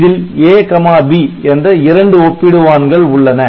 இதில் A B என்ற இரண்டு ஒப்பிடுவான்கள் உள்ளன